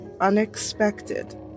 unexpected